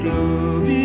love